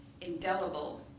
indelible